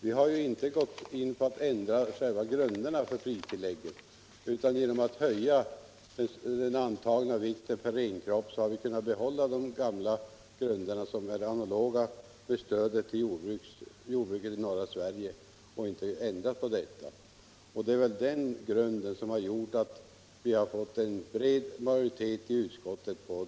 Vi har ju inte gått in för att ändra grunderna för pristillägget, utan vi har genom att höja den antagna vikten per renkropp kunnat behålla de grunder som är analoga med stödet till. jordbruket i norra Sverige. Det är väl den uppläggningen som gjort att — Jordbruksreglering, vi kunnat få en bred majoritet i utskottet.